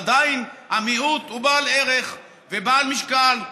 עדיין המיעוט הוא בעל ערך ובעל משקל,